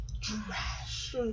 Trash